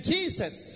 Jesus